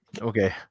Okay